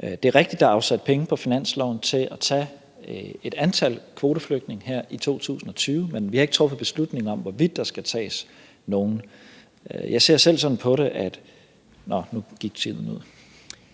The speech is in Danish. Det er rigtigt, at der er afsat penge på finansloven til at tage et antal kvoteflygtninge her i 2020, men vi har ikke truffet beslutning om, hvorvidt der skal tages nogen. Jeg ser selv sådan på det ... nå, nu løb tiden ud.